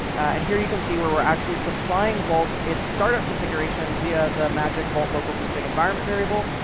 and here, you can see where we're actually supplying vault its startup configuration via the magic vault local config environment variable.